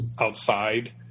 outside